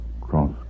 cross